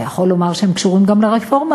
אתה יכול לומר שהם קשורים גם ברפורמה,